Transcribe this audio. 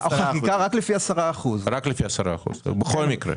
רק לפי 10%. רק לפי 10% בכל מקרה?